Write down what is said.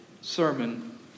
sermon